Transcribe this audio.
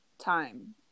time